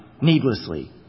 needlessly